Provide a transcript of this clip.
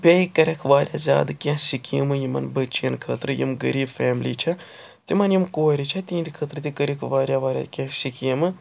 بیٚیہِ کَرٮ۪کھ واریاہ زیادٕ کیٚنٛہہ سِکیٖمہٕ یِمن بٔچِیَن خٲطرٕ یِم غریٖب فیملی چھِ تِمن یِم کورِ چھِ تِہٕنٛدِ خٲطرٕ تہِ کٔرِکھ واریاہ کیٚنٛہہ سِکیٖمہٕ